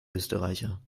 österreicher